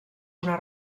una